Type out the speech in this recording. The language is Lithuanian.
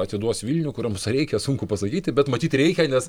atiduos vilnių kurio jiems reikia sunku pasakyti bet matyt reikia nes